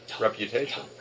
reputation